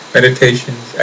Meditations